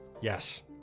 Yes